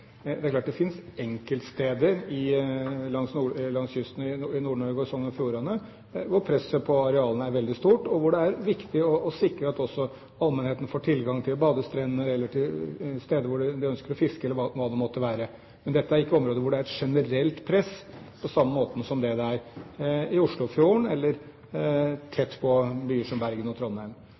Det er klart at det finnes enkeltsteder langs kysten i Nord-Norge og i Sogn og Fjordane hvor presset på arealene er veldig stort, og hvor det er viktig å sikre at også allmennheten får tilgang til badestrender eller til steder hvor man ønsker å fiske eller hva det måtte være. Men dette er ikke områder hvor det er et generelt press på samme måte som det det er i Oslofjorden eller tett på byer som Bergen og Trondheim.